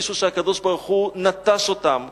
הרגישו שהקדוש-ברוך-הוא נטש אותם,